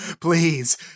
Please